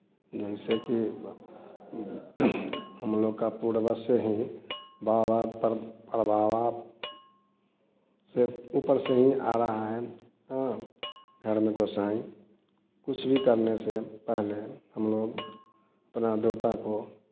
जैसे कि हम लोग का पूर्बावज से ही बावार पर से ऊपर से ही आ रहा है घर में घुस आए कुछ भी करने से पहले हम लोग अपना देवता को